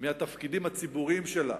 מהתפקידים הציבוריים שלה.